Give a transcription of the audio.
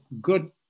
good